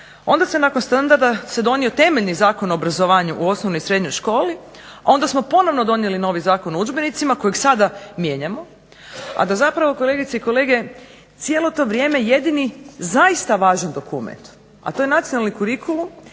Onda se nakon standarda se donio temeljni Zakon o obrazovanju u osnovnoj i srednjoj školi, a onda smo ponovno donijeli novi Zakon o udžbenicima kojeg sada mijenjamo, a da zapravo cijelo to vrijeme jedini zaista važni dokument a to je nacionalni kurikulum